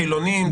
חילוניים,